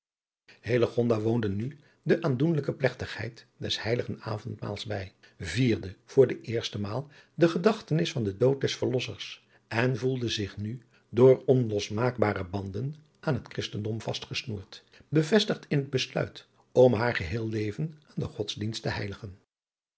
woonde nu de aandoenlijke plegtigheid des heiligen avondmaals bij vierde voor de eerste maal de gedachtenis van den dood des verlossers en voelde zich nu door onlosmaakbare banden aan het christendom vastgesnoerd bevestigd in het besluit om haar geheel leven aan den godsdienst te heiligen